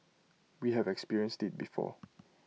we have experienced IT before